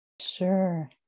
sure